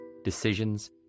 decisions